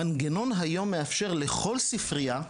המנגנון היום מאפשר לכל ספריה,